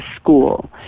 school